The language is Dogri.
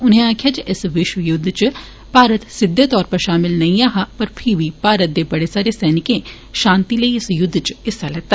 उनें आक्खेआ जे इस विश्व युद्ध च भारत सिद्दे तौरा पर शामिल नेईं ऐ हा पर फ्ही बी भारत दे बड़े सारै सैनिकें शांति लेई इस युद्ध च हिस्सा लैता